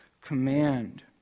command